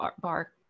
bar